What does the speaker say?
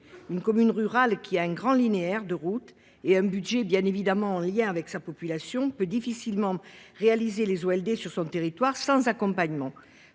une commune rurale qui a un grand linéaire de route et un budget bien évidemment en lien avec sa population peut difficilement réaliser les Walder sur son territoire sans accompagnement